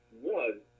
one